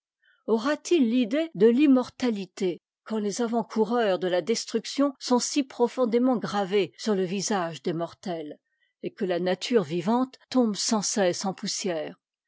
aura-t-il l'idée de t'immortalité quand les avant-coureurs de la destruction sont si profondément gravés sur le visage des mortets et que la nature vivante tombe sans cesse en poussière